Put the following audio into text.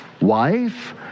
wife